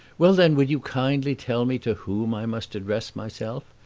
well then, would you kindly tell me to whom i must address myself?